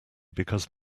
because